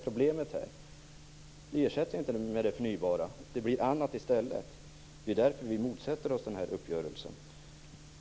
Problemet är att den inte ersätts med förnybara energikällor utan att det blir annat i stället. Det är därför vi motsätter oss den här uppgörelsen.